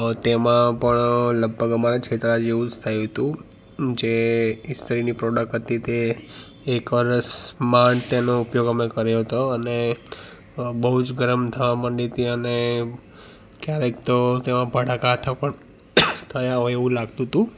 તેમાં પણ લગભગ અમારે છેતરાવા જેવું જ થયું હતું જે ઈસ્ત્રીની પ્રોડક્ટ હતી તે એક વર્ષ માંડ તેનો ઉપયોગ અમે કર્યો હતો અને બહુ જ ગરમ થવા માંડી હતી અને ક્યારેક તો તેમાં ભડાકા થા પણ થયા હોય એવું લાગતું હતું